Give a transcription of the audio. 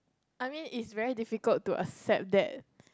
I mean it's very difficult to accept that